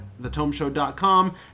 thetomeshow.com